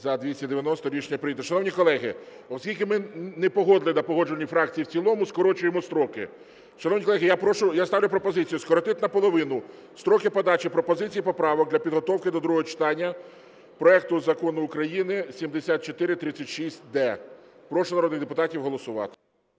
За-290 Рішення прийнято. Шановні колеги, оскільки ми не погодили на Погоджувальній раді в цілому, скорочуємо строки. Шановні колеги, я ставлю пропозицію скоротити наполовину строки подачі пропозицій і поправок для підготовки до другого читання проект Закону України 7436-д. Прошу народних депутатів голосувати.